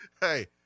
Hey